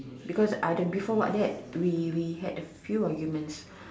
because uh the before what that we we had a few arguments